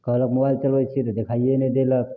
कहलक मोबाइल चलबै छी तऽ देखाइए नहि देलक